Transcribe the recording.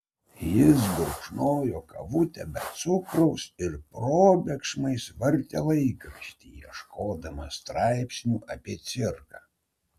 jis gurkšnojo kavutę be cukraus ir probėgšmais vartė laikraštį ieškodamas straipsnių apie cirką